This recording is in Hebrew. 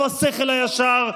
איפה השכל הישר?